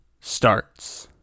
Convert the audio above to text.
starts